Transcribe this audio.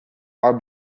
are